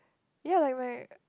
ya like my